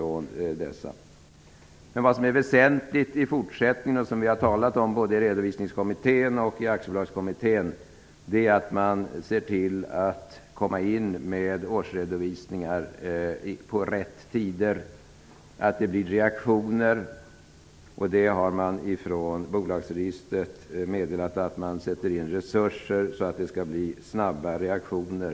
Men det som i fortsättningen är väsentligt, och som vi i Redovisningskommittén och i Aktiebolagskommittén talat om, är att se till att komma in med årsredovisningar på rätt tider och se till att det blir reaktioner. Från Bolagsregistret har man meddelat att man sätter in resurser så att det skall kunna bli snabba reaktioner.